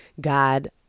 God